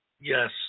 yes